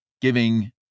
giving